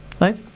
right